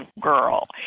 girl